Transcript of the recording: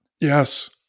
Yes